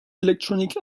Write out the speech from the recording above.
electronic